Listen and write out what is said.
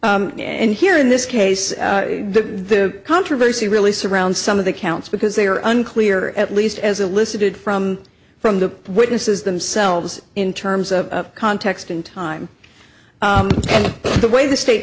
and here in this case the controversy really surrounds some of the counts because they are unclear at least as elicited from from the witnesses themselves in terms of context and time and the way the state